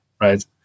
right